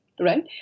Right